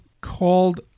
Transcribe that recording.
called